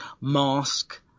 Mask